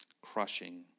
crushing